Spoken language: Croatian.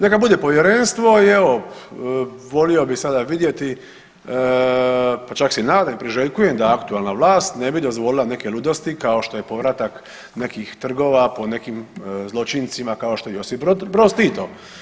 Neka bude povjerenstvo i evo volio bi sada vidjeti, pa čak se i nadam i priželjkujem da aktualna vlast ne bi dozvolila neke ludosti kao što je povratak nekih trgova po nekim zločincima kao što je Josip Broz Tito.